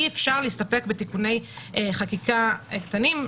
אי אפשר להסתפק בתיקוני חקיקה קטנים.